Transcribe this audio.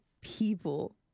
people